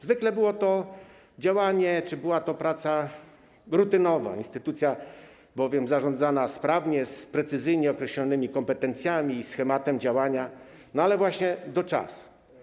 Zwykle było to działanie czy była to praca rutynowa, instytucja ta była bowiem zarządzana sprawnie, z precyzyjnie określonymi kompetencjami i schematem działania, ale do czasu.